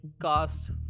cast